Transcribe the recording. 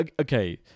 okay